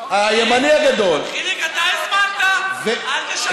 הימני הגדול, חיליק, אתה הזמנת, אל תשקר.